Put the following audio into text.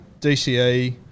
DCE